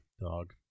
dog